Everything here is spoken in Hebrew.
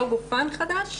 לא גופן חדש,